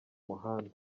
muhanda